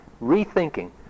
rethinking